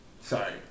Sorry